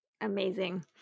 amazing